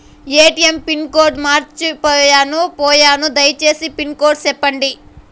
ATM pin code మర్చిపోయాను పోయాను దయసేసి పిన్ కోడ్ సెప్పండి?